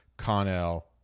connell